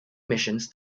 missions